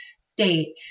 state